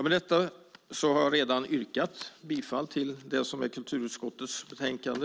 Med detta har jag redan yrkat bifall till förslaget i kulturutskottets betänkande.